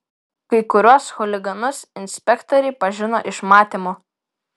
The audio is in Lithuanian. kai kuriuos chuliganus inspektoriai pažino iš matymo